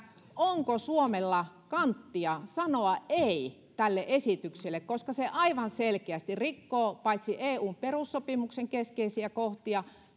onko suomella kanttia sanoa ei tälle esitykselle se aivan selkeästi rikkoo paitsi eun perussopimuksen keskeisiä kohtia